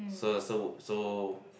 so so so